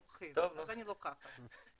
לוקחים, אז אני לוקחת.